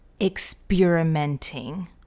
experimenting